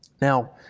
Now